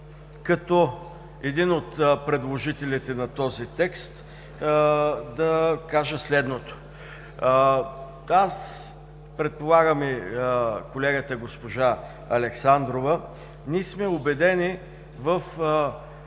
като един от предложителите на този текст, да кажа следното. Аз, предполагам и колегата госпожа Александрова, ние сме убедени в